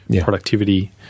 productivity